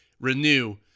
renew